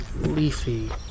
leafy